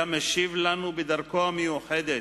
היה משיב לנו, בדרכו המיוחדת,